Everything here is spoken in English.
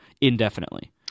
indefinitely